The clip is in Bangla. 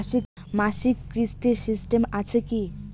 মাসিক কিস্তির সিস্টেম আছে কি?